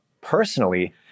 personally